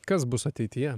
kas bus ateityje